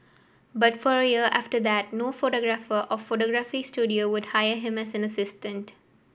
but for a year after that no photographer or photography studio would hire him as an assistant